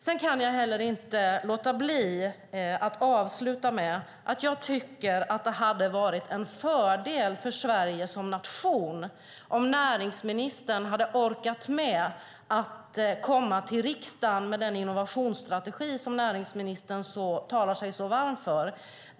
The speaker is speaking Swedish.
Sedan kan jag inte heller låta bli att avsluta med att jag tycker att det hade varit en fördel för Sverige som nation om näringsministern hade orkat med att komma till riksdagen med den innovationsstrategi som hon talar sig så varm för.